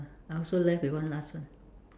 I also left with one last one